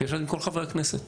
ישבתי עם כל חברי הכנסת